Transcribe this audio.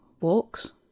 walks